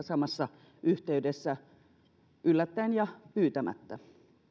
samassa yhteydessä yllättäen ja pyytämättä